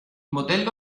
modello